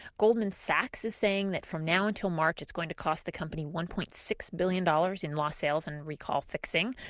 goldman sachs is saying that from now until march it's going to cost the company one point six billion dollars in lost sales and recall fixing.